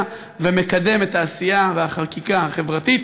ומקדם את העשייה והחקיקה החברתית.